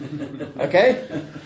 Okay